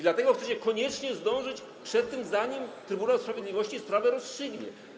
Dlatego chcecie koniecznie zdążyć przed tym, zanim Trybunał Sprawiedliwości sprawę rozstrzygnie.